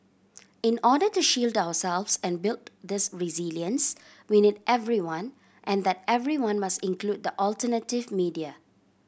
in order to shield ourselves and build this resilience we need everyone and that everyone must include the alternative media